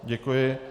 Děkuji.